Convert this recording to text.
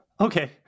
Okay